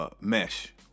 Mesh